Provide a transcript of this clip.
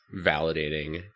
validating